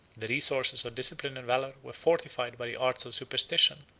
the resources of discipline and valor were fortified by the arts of superstition,